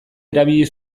erabili